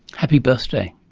happy birthday,